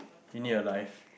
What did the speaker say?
you need a life